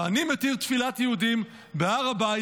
ואני מתיר תפילת יהודים בהר הבית",